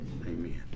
amen